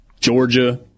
Georgia